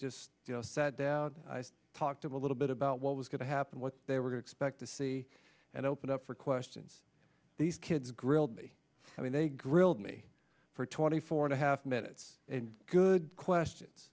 just sat down talked a little bit about what was going to happen what they were expect to see and opened up for questions these kids grilled me i mean they grilled me for twenty four and a half minutes and good questions